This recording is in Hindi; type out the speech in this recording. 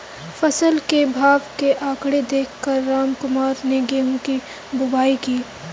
फसल के भाव के आंकड़े देख कर रामकुमार ने गेहूं की बुवाई की